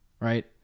Right